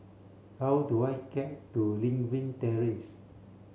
how do I get to Lewin Terrace